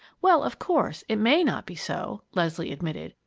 well, of course, it may not be so, leslie admitted,